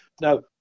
Now